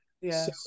Yes